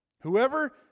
whoever